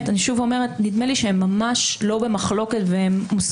אני שוב אומרת: נדמה לי שהן ממש לא במחלוקת ומוסכמות